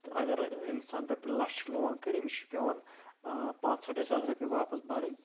تہٕ اَگر اِنسان رۄپیہِ لچھ لون کَڑِ أمِس چھُ پیٚوان پانٛژھ ہٲٹے ساس رۄبیہِ واپَس بَرٕنۍ